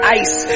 ice